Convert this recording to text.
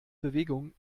bewegung